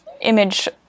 image